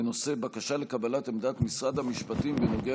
בנושא בקשה לקבלת עמדת משרד המשפטים בנוגע